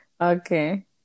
Okay